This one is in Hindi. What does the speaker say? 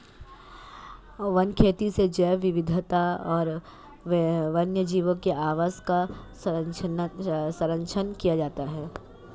वन खेती से जैव विविधता और वन्यजीवों के आवास का सरंक्षण किया जाता है